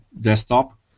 desktop